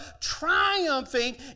triumphing